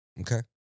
Okay